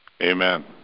Amen